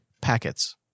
packets